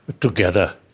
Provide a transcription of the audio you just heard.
together